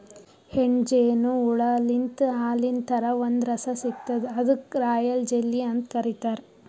ಹೆಣ್ಣ್ ಜೇನು ಹುಳಾಲಿಂತ್ ಹಾಲಿನ್ ಥರಾ ಒಂದ್ ರಸ ಸಿಗ್ತದ್ ಅದಕ್ಕ್ ರಾಯಲ್ ಜೆಲ್ಲಿ ಅಂತ್ ಕರಿತಾರ್